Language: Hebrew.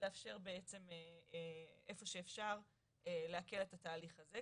לאפשר בעצם איפה שאפשר להקל את התהליך הזה.